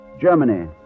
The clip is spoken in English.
Germany